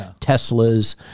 Teslas